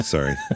Sorry